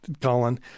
colin